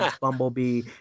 Bumblebee